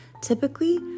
Typically